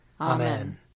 Amen